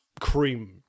cream